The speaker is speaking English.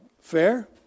Fair